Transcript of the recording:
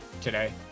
today